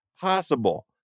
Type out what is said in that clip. possible